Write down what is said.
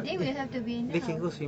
they will have to be in the house